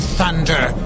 thunder